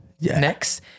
Next